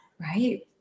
right